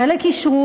לחלק אישרו,